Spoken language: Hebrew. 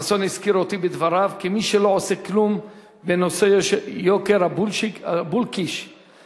חסון הזכיר אותי בדבריו כמי שלא עושה כלום בנושא יוקר ה"בולקיש" הדלקים.